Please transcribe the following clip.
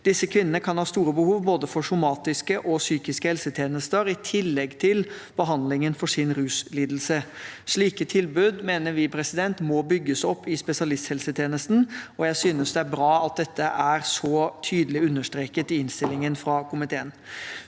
Disse kvinnene kan ha store behov for både somatiske og psykiske helsetjenester, i tillegg til behandlingen for sin ruslidelse. Slike tilbud mener vi må bygges opp i spesialisthelsetjenesten, og jeg synes det er bra at dette er så tydelig understreket i innstillingen fra komiteen.